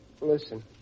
listen